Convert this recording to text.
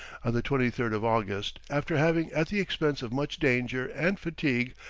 the twenty third of august, after having at the expense of much danger and fatigue,